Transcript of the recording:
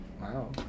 Wow